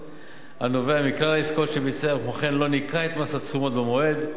הנובע מכלל העסקאות שביצע וכמו כן לא ניכה את מס התשומות במועד,